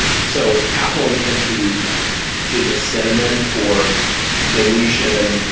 and so capital intensity is a synonym for dilution.